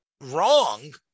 wrong